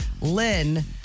Lynn